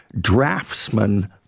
draftsman